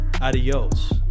adios